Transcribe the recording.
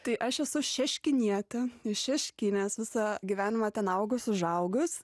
tai aš esu šeškinietė iš šeškinės visą gyvenimą ten augus užaugus